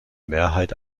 mehrheit